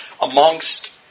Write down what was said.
amongst